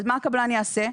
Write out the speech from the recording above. אז מה הקבלן יעשה?